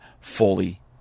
fully